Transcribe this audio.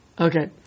Okay